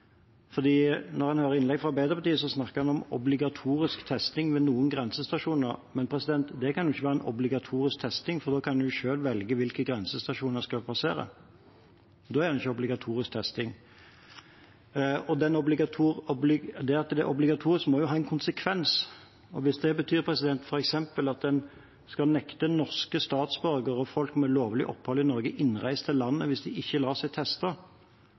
testing ved noen grensestasjoner. Men det kan jo ikke være obligatorisk testing, for da kan en selv velge hvilken grensestasjon en skal passere. Da er det ikke obligatorisk testing. Når det er obligatorisk, må det ha en konsekvens. Hvis det f.eks. betyr at en skal nekte norske statsborgere og folk med lovlig opphold i Norge innreise til landet hvis de ikke lar seg teste,